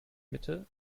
mitte